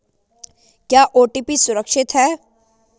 क्या ओ.टी.पी सुरक्षित है?